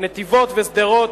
נתיבות ושדרות.